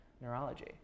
neurology